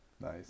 Nice